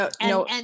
No